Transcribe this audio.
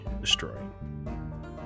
destroying